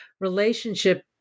relationship